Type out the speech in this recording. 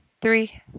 three